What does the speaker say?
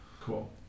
cool